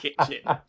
kitchen